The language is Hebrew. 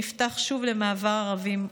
שנפתח שוב למעבר ערבים.